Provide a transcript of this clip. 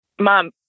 mom